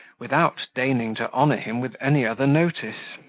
without deigning to honour him with any other notice.